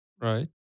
Right